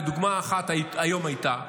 ודוגמה אחת הייתה היום,